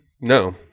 No